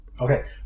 Okay